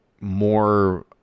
more